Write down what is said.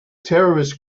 terrorist